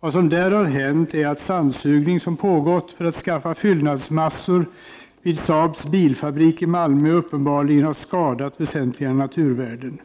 Vad som där har hänt är att den sandsugning som pågått för att skaffa fyllnadsmassor till Saab:s bilfabrik i Malmö uppenbarligen har skadat väsentliga naturvärden.